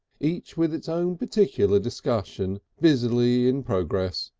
each with its own particular discussion busily in progress,